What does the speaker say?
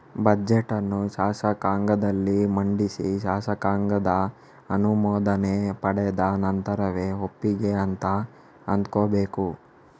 budget ಅನ್ನು ಶಾಸಕಾಂಗದಲ್ಲಿ ಮಂಡಿಸಿ ಶಾಸಕಾಂಗದ ಅನುಮೋದನೆ ಪಡೆದ ನಂತರವೇ ಒಪ್ಪಿಗೆ ಅಂತ ಅಂದ್ಕೋಬೇಕು